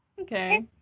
Okay